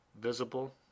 visible